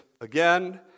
again